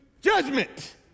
judgment